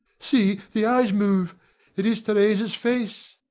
see the eyes move it is theresa's face!